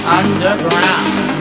underground